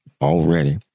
already